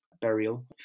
burial